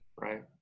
Right